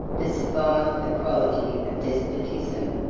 the servile equality of despotism,